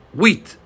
wheat